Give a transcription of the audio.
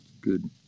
good